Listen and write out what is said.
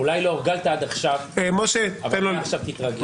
אולי לא הורגלת עד עכשיו, ומעכשיו תתרגל.